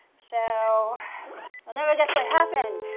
so remember that's what happened.